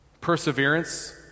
Perseverance